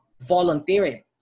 volunteering